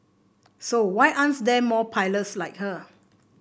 so why aren't there more pilots like her